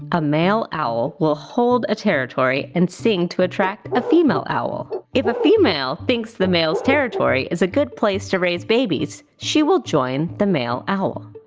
a male owl will hold a territory and sing to attract a female owl. if a female thinks the male's territory is a good place to raise babies, she will join the male owl.